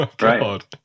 Right